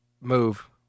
move